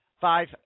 five